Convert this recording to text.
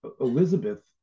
Elizabeth